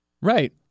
Right